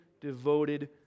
devoted